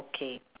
okay